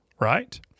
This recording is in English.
right